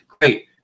Great